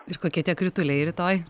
ir kokie tie krituliai rytoj